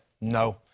no